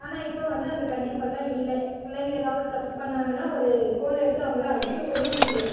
ஆனால் இப்போ வந்து அந்த கண்டிப்பெல்லாம் இல்லை பிள்ளைங்க ஏதாவது தப்பு பண்ணிணாங்கன்னா ஒரு கோல் எடுத்து அவங்களை அடிக்கக்கூட முடியிலை